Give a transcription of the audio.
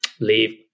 leave